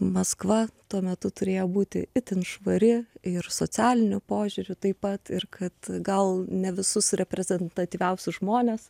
maskva tuo metu turėjo būti itin švari ir socialiniu požiūriu taip pat ir kad gal ne visus reprezentatyviausius žmones